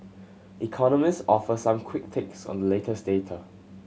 economist offer some quick takes on the latest data